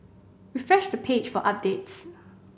refresh the page for updates